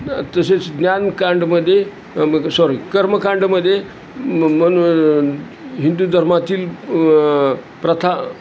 त तसेच ज्ञानकांडमध्ये म सॉरी कर्मकांडमध्ये मन हिंदू धर्मातील प्रथा